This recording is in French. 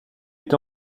est